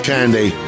Candy